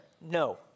No